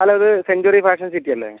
hello ഇത് century fashion city അല്ലേ